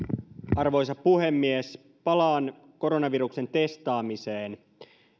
arvoisa puhemies palaan koronaviruksen testaamiseen